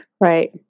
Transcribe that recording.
Right